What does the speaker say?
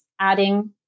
adding